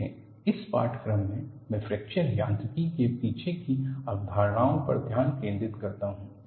देखें इस पाठ्यक्रम में मैं फ्रैक्चर यांत्रिकी के पीछे की अवधारणाओं पर ध्यान केंद्रित करता हूं